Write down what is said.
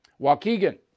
Waukegan